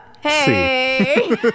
Hey